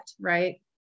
right